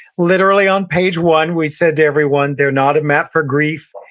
literally on page one, we said to everyone, they're not a map for grief.